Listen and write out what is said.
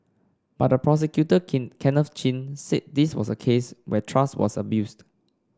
but the prosecutor Kenneth Chin said this was a case where trust was abused